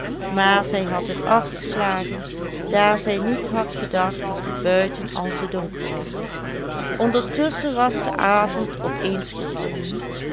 maar zij had het afgeslagen daar zij niet had gedacht dat het buiten al zoo donker was ondertusschen was de avond op eens gevallen